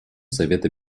совета